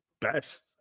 best